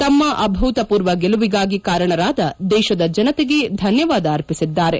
ತಮ್ಮ ಅಭೂತಪೂರ್ವ ಗೆಲುವಿಗಾಗಿ ಕಾರಣರಾದ ದೇಶದ ಜನತೆಗೆ ಧನ್ಯವಾದ ಅರ್ಪಿಸಿದ್ದಾರೆ